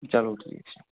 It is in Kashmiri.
چلو ٹھیٖک چھِ